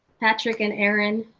patrick, and aaron